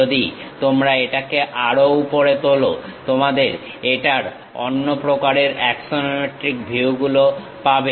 যদি তোমরা এটাকে আরো উপরে তোল তোমরা এটার অন্য প্রকারের অ্যাক্সনোমেট্রিক ভিউ গুলো পাবে